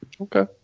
Okay